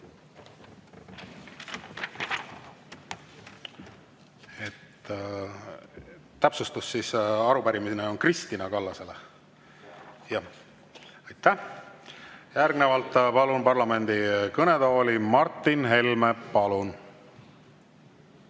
Täpsustus: arupärimine on Kristina Kallasele. Järgnevalt palun parlamendi kõnetooli Martin Helme. Palun!